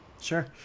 sure